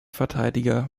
verteidiger